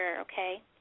okay